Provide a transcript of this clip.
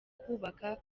kubaka